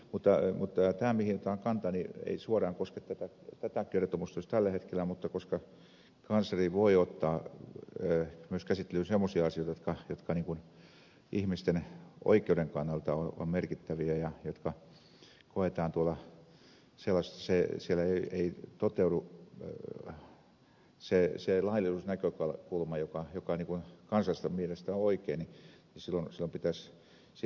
mutta tämä mihin otan kantaa ei suoraan koske tätä kertomusta just tällä hetkellä mutta koska kansleri voi ottaa myös käsittelyyn semmoisia asioita jotka ihmisten oikeuden kannalta ovat merkittäviä ja jotka koetaan tuolla sellaisiksi että siellä se laillisuusnäkökulma ei toteudu mikä kansalaisten mielestä on sellainen aika kova kuume joka joka nipun ansiosta oikein niin silloin pitäisi siihen puuttua